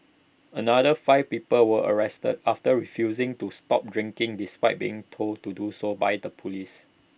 another five people were arrested after refusing to stop drinking despite being told to do so by the Police